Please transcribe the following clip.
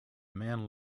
man